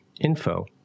info